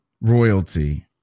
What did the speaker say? royalty